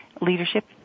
leadership